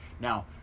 Now